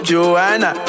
Joanna